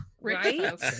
right